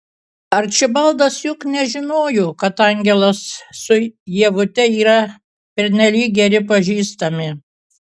arčibaldas juk nežinojo kad angelas su ievute yra pernelyg geri pažįstami